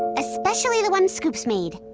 especially the ones scoops made.